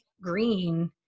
green